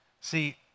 See